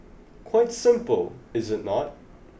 quite simple is it not